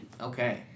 Okay